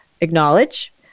acknowledge